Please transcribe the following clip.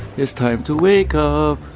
it's time to wake up!